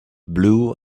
blue